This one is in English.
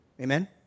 Amen